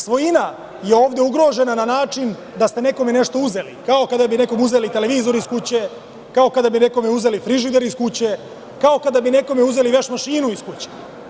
Svojina je ovde ugrožena na način da ste nekome nešto uzeli, kao kada bi nekome uzeli televizor iz kuće, kao kada bi nekome uzeli frižider iz kuće, kao kada bi nekome uzeli veš mašinu iz kuće.